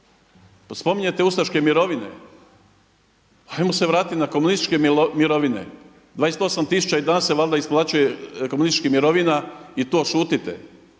Spominjete ustaške mirovine, ajmo se vratiti na komunističke mirovine, 28 tisuća i danas se valjda isplaćuje komunističkih mirovina i to šutite.